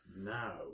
now